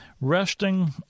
resting